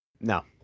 No